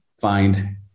find